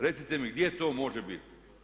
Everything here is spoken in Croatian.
Recite mi gdje to može biti?